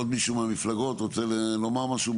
עוד מישהו מהמפלגות רוצה לומר משהו?